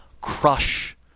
crush